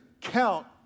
count